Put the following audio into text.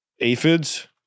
aphids